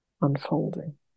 unfolding